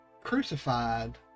crucified